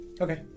Okay